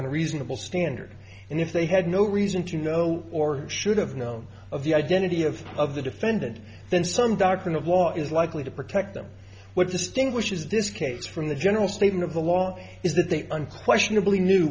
a reasonable standard and if they had no reason to know or should have known of the identity of of the defendant then some doctrine of law is likely to protect them what distinguishes this case from the general statement of the law is that they unquestionably knew